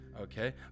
Okay